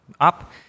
up